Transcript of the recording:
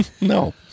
No